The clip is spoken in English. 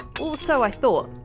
or so i thought.